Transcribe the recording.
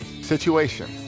situation